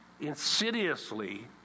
insidiously